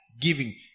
giving